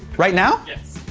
right now? you